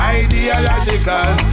ideological